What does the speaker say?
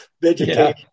vegetation